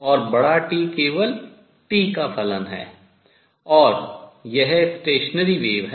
और बड़ा T केवल t का फलन है